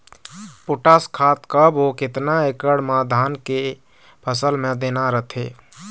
Potash खाद कब अऊ केतना एकड़ मे धान के फसल मे देना रथे?